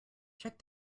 check